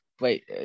Wait